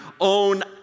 own